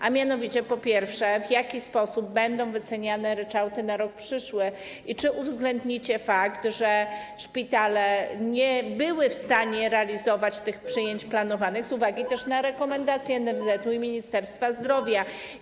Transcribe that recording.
A mianowicie, po pierwsze, w jaki sposób będą wyceniane ryczałty na rok przyszły i czy uwzględnicie fakt, że szpitale nie były w stanie realizować tych przyjęć planowanych z uwagi też na rekomendacje NFZ i Ministerstwa Zdrowia?